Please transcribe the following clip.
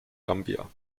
gambia